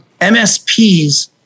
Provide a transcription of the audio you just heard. MSPs